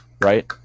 right